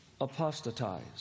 apostatize